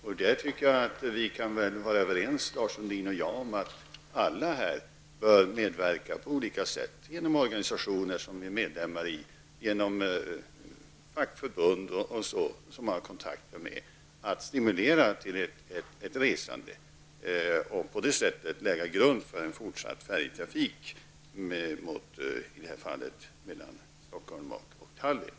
Lars Sundin och jag kan väl vara överens om att alla här på olika sätt bör medverka till att via organisationer, fackförbund m.fl. stimulera till ett ökat resande och på det sättet lägga grunden för en fortsatt färjetrafik, i detta fall mellan Stockholm och Tallinn.